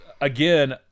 again